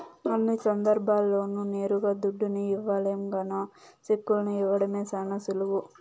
అన్ని సందర్భాల్ల్లోనూ నేరుగా దుడ్డుని ఇవ్వలేం గాన సెక్కుల్ని ఇవ్వడం శానా సులువు